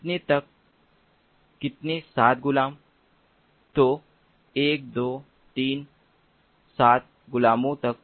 कितने तक कितने 7 गुलाम तो 1 2 3 7 गुलामों तक